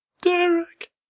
Derek